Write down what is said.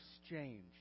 exchange